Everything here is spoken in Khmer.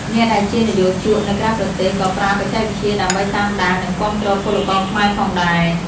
អ្នកដែលជានិយោជកនៅក្រៅប្រទេសក៏ប្រើបច្ចេកវិទ្យាដើម្បីតាមដាន និងគាំទ្រពលករខ្មែរផងដែរ។